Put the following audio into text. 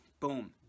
boom